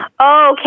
Okay